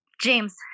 James